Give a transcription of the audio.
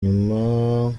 nyuma